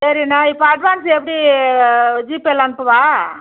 சரிண்ணா இப்போ அட்வான்ஸ் எப்படி ஜிபேயில் அனுப்பவா